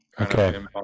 okay